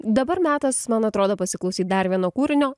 dabar metas man atrodo pasiklausyt dar vieno kūrinio